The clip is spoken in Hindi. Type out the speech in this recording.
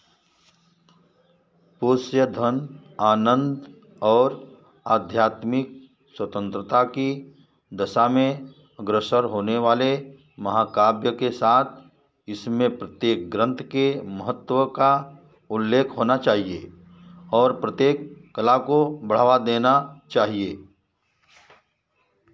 पुस्य धन आनंद और आध्यात्मिक स्वतंत्रता की दिशा में अग्रसर होने वाले महाकाव्य के साथ इसमें प्रत्येक ग्रंथ के महत्व का उल्लेख होना चाहिए और प्रत्येक कला को बढ़ावा देना चाहिए